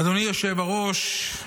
אדוני היושב-ראש,